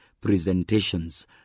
presentations